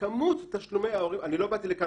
כמות תשלומי ההורים, אני לא באתי לכאן עם נתונים.